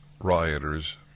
rioters